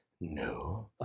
No